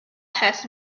has